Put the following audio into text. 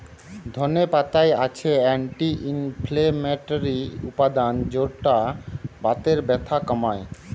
ধনে পাতায় আছে অ্যান্টি ইনফ্লেমেটরি উপাদান যৌটা বাতের ব্যথা কমায়